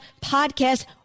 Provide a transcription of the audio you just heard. podcast